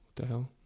the hell